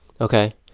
Okay